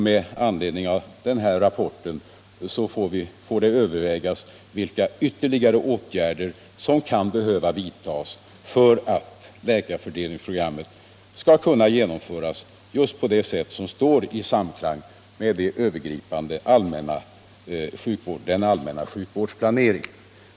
Med anledning av den rapporten får det övervägas vilka ytterligare åtgärder som kan behöva vidtagas för att läkarfördelningsprogrammet skall kunna genomföras på det sätt som står i samklang med den övergripande allmänna sjukvårdsplaneringen.